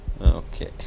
Okay